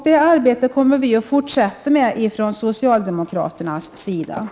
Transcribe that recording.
Det arbetet kommer vi socialdemokrater att fortsätta med.